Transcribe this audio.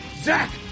zach